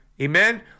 Amen